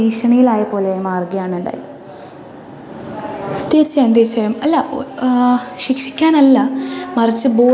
ഭീഷണിയിലായ പോലെ മാറുകയാണുണ്ടായത് തീർച്ചയായും തീർച്ചയായും അല്ല ശിക്ഷിക്കാനല്ല മറിച്ചു ബോധവത്കരിച്ച്